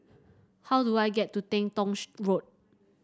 how do I get to Teng Tong Road